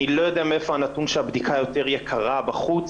אני לא יודע מאיפה הנתון שהבדיקה יותר יקרה בחוץ.